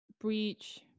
breach